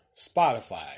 Spotify